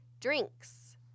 Drinks